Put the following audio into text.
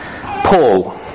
Paul